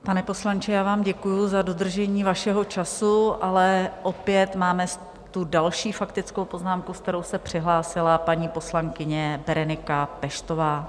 Pane poslanče, já vám děkuji za dodržení vašeho času, ale opět máme tu další faktickou poznámku, se kterou se přihlásila paní poslankyně Berenika Peštová.